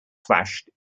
flashed